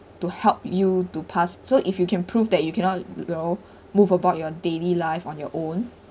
to help you to pass so if you can prove that you cannot you know move about your daily life on your own